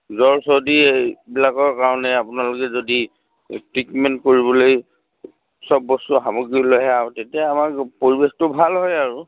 জ্বৰ চৰ্দি এইবিলাকৰ কাৰণে আপোনালোকে যদি ট্ৰিটমেণ্ট কৰিবলৈ চব বস্তু সামগ্ৰী লৈ আহে আৰু তেতিয়া আমাৰ পৰিৱেশটো ভাল হয় আৰু